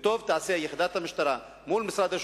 וטוב תעשה יחידת המשטרה מול משרד ראש